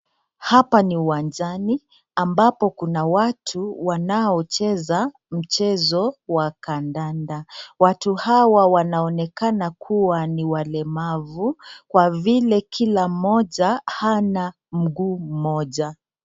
Hapa ni uwanjani ambapo kuna watu wanaocheza mchezo wa kandanda, watu hawa wanaonekana kuwa ni walemavu kwa vile kila mmoja hana mguu mmoja.